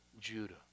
Judah